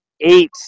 eight